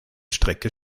strecke